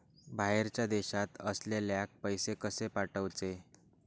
बाहेरच्या देशात असलेल्याक पैसे कसे पाठवचे?